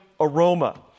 aroma